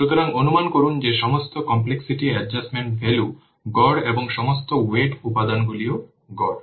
সুতরাং অনুমান করুন যে সমস্ত কমপ্লেক্সিটি অ্যাডজাস্টমেন্ট ভ্যালু গড় এবং সমস্ত ওয়েট উপাদানগুলি গড়